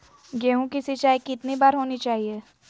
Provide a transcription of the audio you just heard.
गेहु की सिंचाई कितनी बार होनी चाहिए?